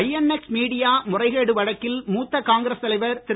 INX media முறைகேடு வழக்கில் மூத்த காங்கிரஸ் தலைவர் திரு